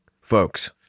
folks